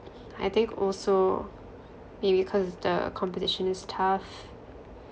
I think also be~ because the competition is tough